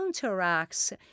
counteracts